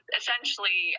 essentially